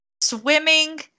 Swimming